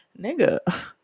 nigga